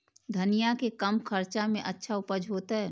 धनिया के कम खर्चा में अच्छा उपज होते?